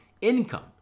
income